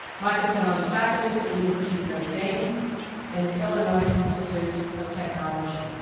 mike has been on the faculties of the university of notre dame and the illinois institute of technology.